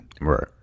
Right